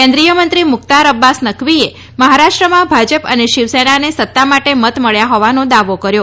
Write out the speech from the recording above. કેન્દ્રિય મંત્રી મુખ્તાર અબ્બાસ નકવીએ મહારાષ્ટ્રમાં ભાજપ અને શિવસેનાને સત્તા માટે મત મબ્યા હોવાનો દાવો કર્યો